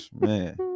Man